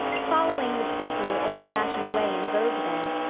following the simple, old-fashioned way in vogue then,